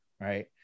right